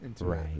Right